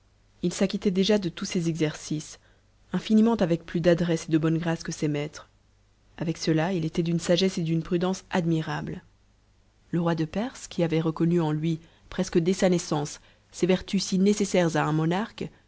il s'acquittait ia de tous ses exercices infiniment avec plus d'adresse et de bonne s'ce que ses maîtres avec cela il était d'une sagesse et d'une prudence admirables le roi de perse qui avait reconnu en lui presque dès sa naissance ces vertus si nécessaires à un monarque